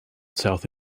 south